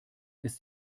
ist